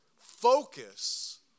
focus